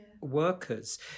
workers